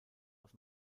auf